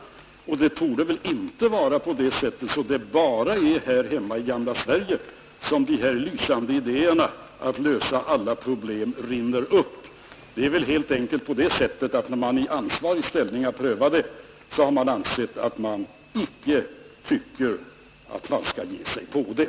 Det torde inte vara bara här hemma i gamla Sverige som de här lysande ideérna till att lösa alla problem rinner upp; det är väl helt enkelt på det sättet att när man i ansvarig ställning har prövat förslaget, så har man ansett att man icke skall ge sig på det.